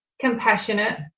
compassionate